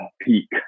peak